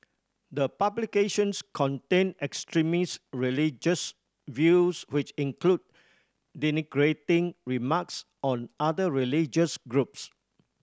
the publications contain extremist religious views which include denigrating remarks on other religious groups